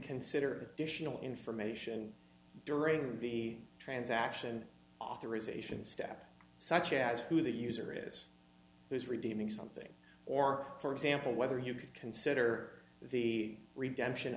additional information during the transaction authorization step such as who the user is who's redeeming something or for example whether you could consider the redemption